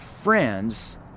friends